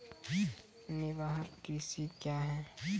निवाहक कृषि क्या हैं?